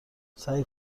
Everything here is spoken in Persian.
سعی